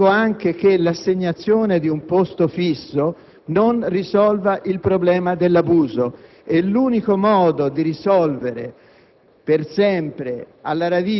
Ritengo che anche l'assegnazione di un posto fisso non risolva il problema dell'abuso. L'unico modo di risolvere